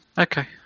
Okay